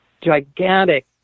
gigantic